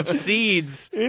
Seeds